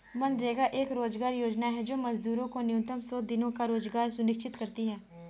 मनरेगा एक रोजगार योजना है जो मजदूरों को न्यूनतम सौ दिनों का रोजगार सुनिश्चित करती है